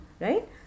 right